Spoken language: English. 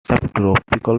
subtropical